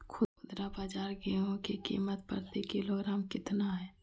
खुदरा बाजार गेंहू की कीमत प्रति किलोग्राम कितना है?